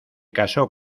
casó